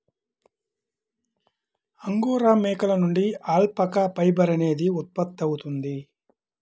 angora మేకల నుండి alpaca fibre అనేది ఉత్పత్తవుతుంది